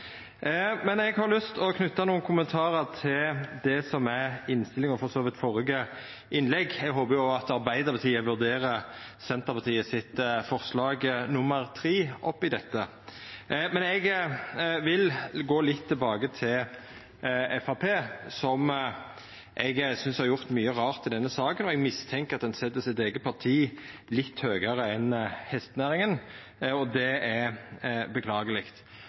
Eg har lyst å knyta nokre kommentarar til innstillinga og for så vidt òg til førre innlegg. Eg håper at Arbeidarpartiet vurderer forslag nr. 3, frå Senterpartiet, oppi dette. Men eg vil gå litt tilbake til Framstegspartiet, som eg synest har gjort mykje rart i denne saka. Eg mistenkjer at ein set sitt eige parti litt høgare enn hestenæringa, og det er beklageleg.